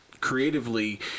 creatively